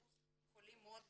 אחוז חולים מאוד גבוה,